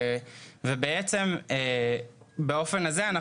באופן הזה,